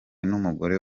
n’umugore